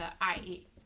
I-E